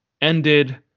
ended